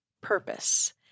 Purpose